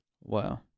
Wow